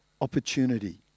opportunity